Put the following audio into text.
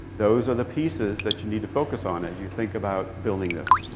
those are the pieces that you need to focus on as you think about building this.